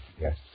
Yes